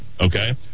okay